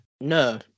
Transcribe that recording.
no